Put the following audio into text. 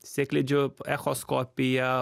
sėklidžių echoskopija